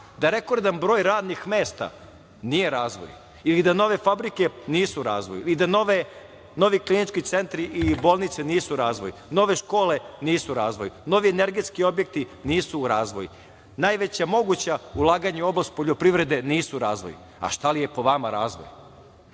da rekordan broj radnih mesta nije razvoj ili da nove fabrike nisu razvoj ili da novi klinički centri i bolnice nisu razvoj, nove škole nisu razvoj, novi energetski objekti nisu razvoj. Najveća moguća ulaganja u oblast poljoprivrede nisu razvoj. Šta je po vama razvoj?